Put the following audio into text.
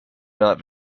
not